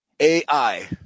AI